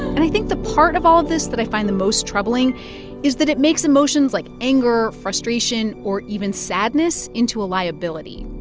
and i think the part of all this that i find the most troubling is that it makes emotions like anger, frustration, or even sadness into a liability.